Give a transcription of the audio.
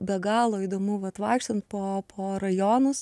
be galo įdomu vat vaikštant po po rajonus